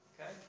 Okay